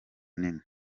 nina